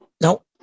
No